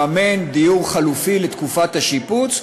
לממן דיור חלופי לתקופת השיפוץ,